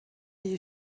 you